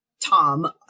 Tom